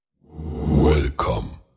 Welcome